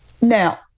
now